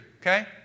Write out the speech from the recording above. Okay